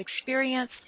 experience